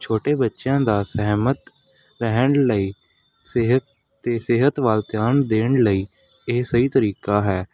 ਛੋਟੇ ਬੱਚਿਆਂ ਦਾ ਸਹਿਮਤ ਰਹਿਣ ਲਈ ਸਿਹਤ ਅਤੇ ਸਿਹਤ ਵੱਲ ਧਿਆਨ ਦੇਣ ਲਈ ਇਹ ਸਹੀ ਤਰੀਕਾ ਹੈ